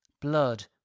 blood